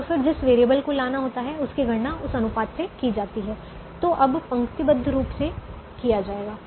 और फिर जिस वेरिएबल को लाना होता है उसकी गणना उस अनुपात से की जाती है जो अब पंक्तिबद्ध रूप से किया जाएगा